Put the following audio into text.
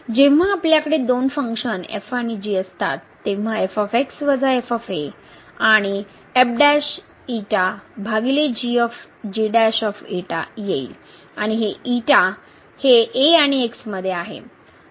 जेव्हा आपल्याकडे दोन and g असतात तेव्हा आणि हे आणि हे a आणि x मध्ये आहे